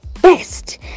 best